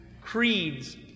Creeds